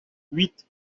huit